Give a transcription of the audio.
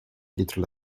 dietro